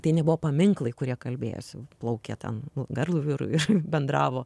tai nebuvo paminklai kurie kalbėjosi plaukę ten garlaiviu ir ir bendravo